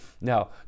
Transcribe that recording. Now